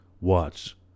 watch